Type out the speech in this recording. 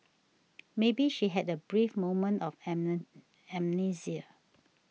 maybe she had a brief moment of am amnesia